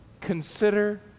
Consider